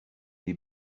des